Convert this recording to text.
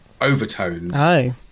overtones